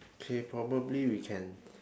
okay probably we can